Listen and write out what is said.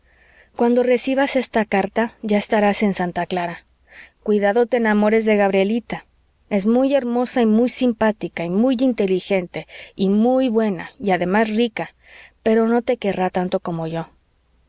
cuando recibas esta carta ya estarás en santa clara cuidado te enamores de gabrielita es muy hermosa y muy simpática y muy inteligente y muy buena y además rica pero no te querrá tanto como yo